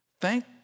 thank